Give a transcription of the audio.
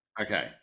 Okay